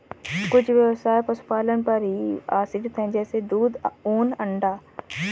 कुछ ब्यवसाय पशुपालन पर ही आश्रित है जैसे दूध, ऊन, अंडा